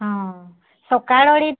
ହଁ ସକାଳ ଓଳି